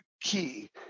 key